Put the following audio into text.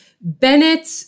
Bennett